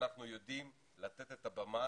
שאנחנו יודעים לתת את הבמה